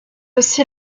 aussi